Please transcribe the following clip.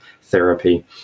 therapy